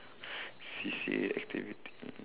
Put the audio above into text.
C_C_A activity